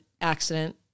accident